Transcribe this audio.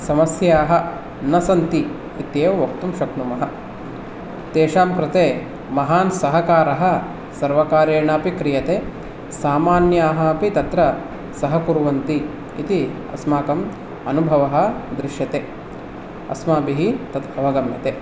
समस्याः न सन्ति इत्येव वक्तुं शक्नुमः तेषां कृते महान् सहकारः सर्वकारेणापि क्रियते सामान्याः अपि तत्र सहकुर्वन्ति इति अस्माकम् अनुभवः दृश्यते अस्माभिः तत् अवगम्यते